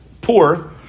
poor